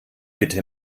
bitte